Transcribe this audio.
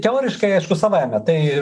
teoriškai aišku savaime tai